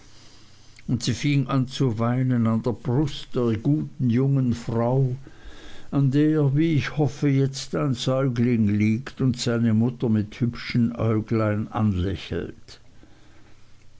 und sie fing an zu weinen an der brust der guten jungen frau an der wie ich hoffe jetzt ein säugling liegt und seine mutter mit hübschen äugelchen anlächelt